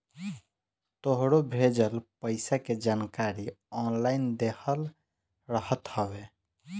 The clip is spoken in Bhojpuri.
तोहरो भेजल पईसा के जानकारी ऑनलाइन देहल रहत हवे